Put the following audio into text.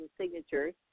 signatures